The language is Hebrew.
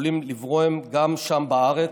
יכולים הם לברוא גם שם בארץ,